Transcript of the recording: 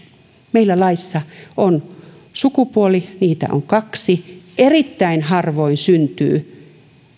meillä laissa on sukupuoli niitä on kaksi erittäin harvoin syntyy